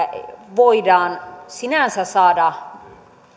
voidaan sinänsä saada